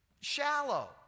shallow